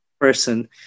person